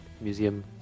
museum